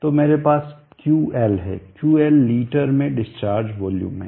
तो मेरे पास यहां QL है QL लीटर में डिस्चार्ज वॉल्यूम है